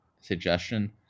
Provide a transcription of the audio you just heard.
suggestion